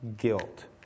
guilt